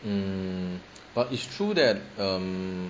mm but it's true that um